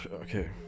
okay